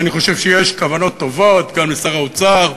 ואני חושב שיש כוונות טובות גם לשר האוצר,